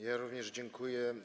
Ja również dziękuję.